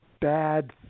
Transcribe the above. bad